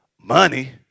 money